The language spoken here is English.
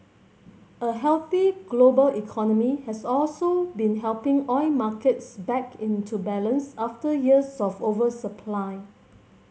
a healthy global economy has also been helping oil markets back into balance after years of oversupply